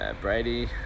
Brady